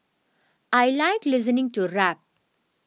I like listening to rap